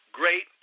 great